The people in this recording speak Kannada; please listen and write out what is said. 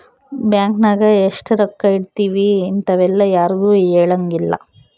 ಬ್ಯಾಂಕ್ ನಾಗ ಎಷ್ಟ ರೊಕ್ಕ ಇಟ್ತೀವಿ ಇಂತವೆಲ್ಲ ಯಾರ್ಗು ಹೆಲಂಗಿಲ್ಲ